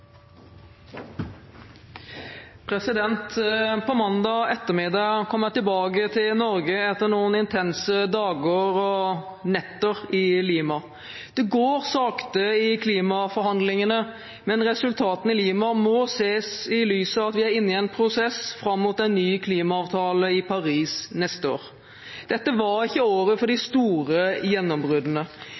etter noen intense dager og netter i Lima. Det går sakte i klimaforhandlingene, men resultatene i Lima må ses i lys av at vi er inne i en prosess fram mot en ny klimaavtale i Paris neste år. Dette var ikke året for de store gjennombruddene.